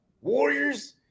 warriors